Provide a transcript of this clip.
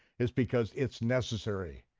is because it's necessary,